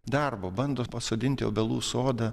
darbo bando pasodinti obelų sodą